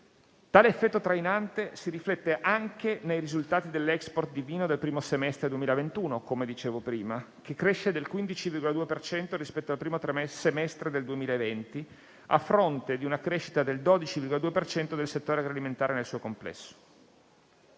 Tale effetto trainante si riflette anche nei risultati dell'*export* di vino del primo semestre 2021, come dicevo prima, che cresce del 15,2 per cento rispetto al primo semestre del 2020, a fronte di una crescita del 12,2 per cento del settore agroalimentare nel suo complesso.